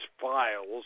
files